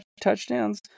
touchdowns